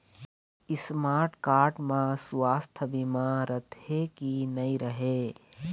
Smart card म सुवास्थ बीमा रथे की नई रहे?